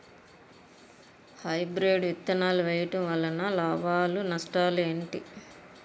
Hybrid విత్తనాలు వేయటం వలన లాభాలు నష్టాలు ఏంటి?